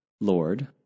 Lord